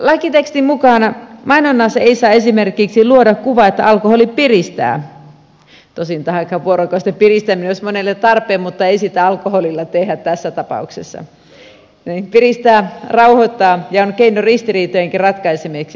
lakitekstin mukaan mainonnassa ei saa esimerkiksi luoda kuvaa että alkoholi piristää tosin tähän aikaan vuorokaudesta se piristäminen olisi monelle tarpeen mutta ei sitä alkoholilla tehdä tässä tapauksessa rauhoittaa ja on keino ristiriitojenkin ratkaisemiseksi